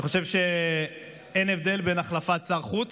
אני חושב שאין הבדל בין החלפת שר חוץ,